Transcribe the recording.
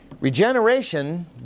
Regeneration